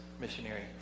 missionary